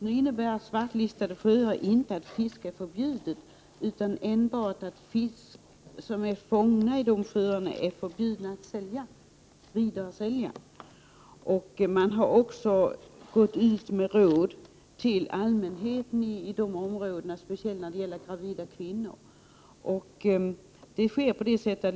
Nu innebär svartlistade sjöar inte att fiske förbjuds. Men fisk som har fångats i svartlistade sjöar får inte säljas. Man har också gått ut med råd till allmänheten i områdena och vänt sig speciellt till de gravida kvinnorna.